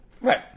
Right